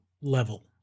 level